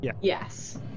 Yes